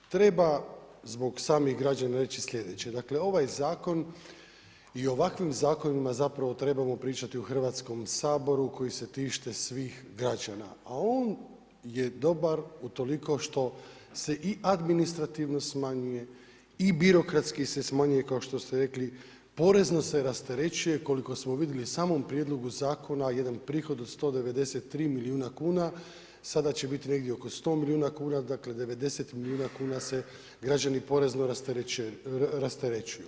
Treba zbog samih građana reći sljedeće, dakle ovaj zakon i o ovakvim zakonima trebamo pričati u Hrvatskom saboru koji se tiče svih građana, a on je dobar utoliko što se i administrativno smanjuje i birokratski se smanjuje kao što ste rekli, porezno se rasterećuje koliko smo vidjeli u samom prijedlogu zakona jedan prihod od 193 milijuna kuna, sada će biti negdje oko 100 milijuna, dakle 90 milijuna kuna se građani porezno rasterećuju.